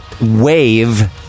wave